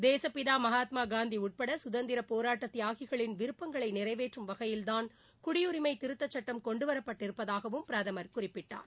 தேசுப்பிதா மகாத்மா காந்தி உட்பட கதந்திர போராட்ட தியாகிகளின் விருப்பங்களை நிறைவேற்றும் வகையில்தான் குடியுரிமை திருத்தச் சுட்டம் கொண்டு வரப்பட்டிருப்பதாகவும் பிரதமர் குறிப்பிட்டார்